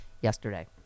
yesterday